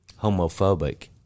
homophobic